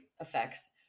effects